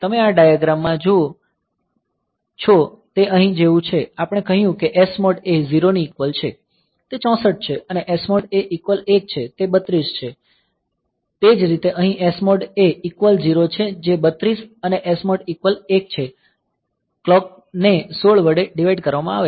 તમે આ ડાયાગ્રામ માં જે જુઓ છો તે અહીં જેવું છે આપણે કહ્યું કે SMOD એ 0 ની ઈકવલ છે તે 64 છે અને SMOD એ ઈકવલ 1 છે તે 32 છે તે જ રીતે અહીં SMOD એ ઈકવલ 0 છે 32 અને SMOD ઈકવલ 1 છે ક્લોક ને 16 વડે ડીવાઈડ કરવામાં આવે છે